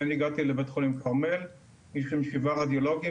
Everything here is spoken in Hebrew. כשאני הגעתי לבית חולים כרמל היו שם שבעה רדיולוגים,